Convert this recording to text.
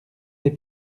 des